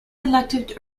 elected